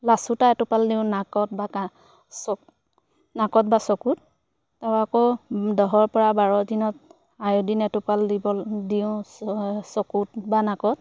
লাচুতা এটোপাল দিওঁ নাকত বা তাৰ চক নাকত বা চকুত তেও আকৌ দহৰ পৰা বাৰ দিনত আয়ডিন এটোপাল দিব দিওঁ চকুত বা নাকত